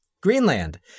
Greenland